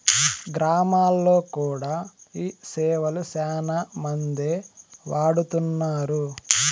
గ్రామాల్లో కూడా ఈ సేవలు శ్యానా మందే వాడుతున్నారు